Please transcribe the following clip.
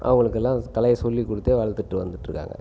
அவர்களுக்கு எல்லாம் கலையை சொல்லிக்கொடுத்தே வளர்த்துட்டு வந்துகிட்டு இருக்காங்க